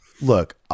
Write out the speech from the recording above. look